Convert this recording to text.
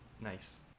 Nice